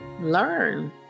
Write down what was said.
learn